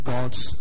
God's